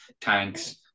tanks